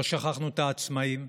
לא שכחנו את העצמאים,